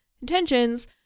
intentions